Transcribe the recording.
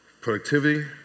Productivity